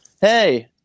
Hey